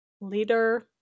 leader